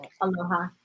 Aloha